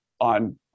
on